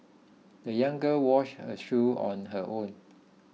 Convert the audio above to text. the young girl washed her shoes on her own